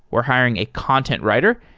we're hiring a content writer.